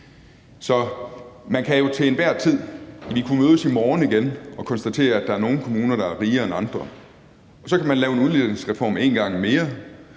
færre virksomheder. Vi kunne mødes i morgen igen og konstatere, at der er nogle kommuner, der er rigere end andre, og så kan man lave en udligningsreform en gang til,